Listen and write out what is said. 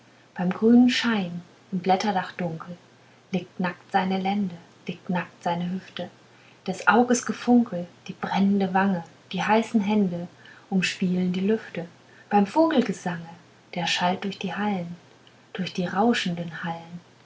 beim grünen schein im blätterdachdunkel liegt nackt seine lende liegt nackt seine hüfte des auges gefunkel die brennende wange die heißen hände umspielen die lüfte beim vogelgesange der schallt durch die hallen durch die rauschenden hallen